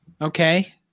Okay